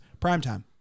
Primetime